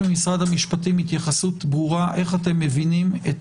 המשפטים התייחסות ברורה איך אתם מבינים את